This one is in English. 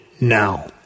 now